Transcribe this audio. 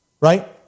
Right